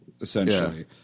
essentially